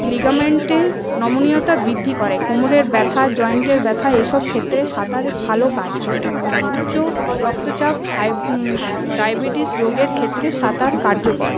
লিগামেন্টের নমনীয়তা বৃদ্ধি করে কোমরের ব্যাথা জয়েন্টের ব্যাথা এইসব ক্ষেত্রে সাঁতার ভালো কাজ করে উচ্চ রক্তচাপ হাই ডায়াবেটিস রোগের ক্ষেত্রে সাঁতার কার্যকর